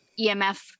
EMF